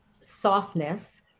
softness